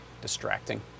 distracting